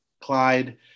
Clyde